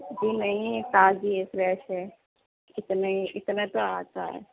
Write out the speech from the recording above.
جی نہیں یہ تازی ہے فریش ہے اتنے اتنے تو آتا ہے